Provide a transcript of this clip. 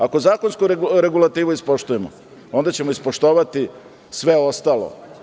Ako zakonsku regulativu ispoštujemo, onda ćemo ispoštovati sve ostalo.